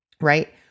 right